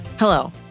Hello